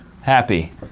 happy